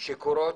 שקורים